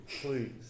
please